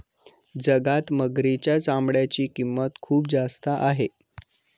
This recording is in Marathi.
जगात मगरीच्या चामड्याची किंमत खूप जास्त आहे